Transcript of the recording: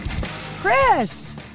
Chris